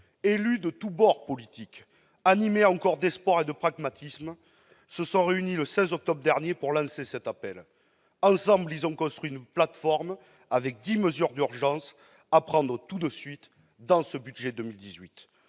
élus de tous bords politiques, animés encore d'espoir et de pragmatisme, se sont réunis le 16 octobre dernier pour lancer cet appel. Ensemble, ils ont construit une plateforme regroupant dix mesures d'urgence à prendre immédiatement dans ce budget pour